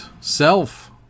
self